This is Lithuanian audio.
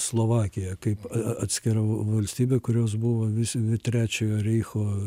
slovakija kaip atskira valstybė kurios buvo visi trečiojo reicho